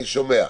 אני שומע.